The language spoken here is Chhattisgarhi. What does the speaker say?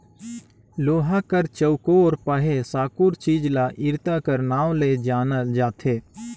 लोहा कर चउकोर पहे साकुर चीज ल इरता कर नाव ले जानल जाथे